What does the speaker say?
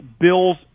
Bills